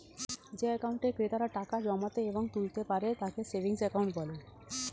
যে অ্যাকাউন্টে ক্রেতারা টাকা জমাতে এবং তুলতে পারে তাকে সেভিংস অ্যাকাউন্ট বলে